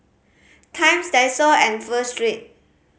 Times Daiso and Pho Street